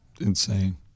insane